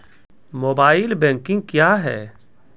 Mobile banking क्या हैं?